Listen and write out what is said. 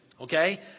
Okay